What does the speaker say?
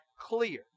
clear